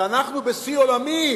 ואנחנו בשיא עולמי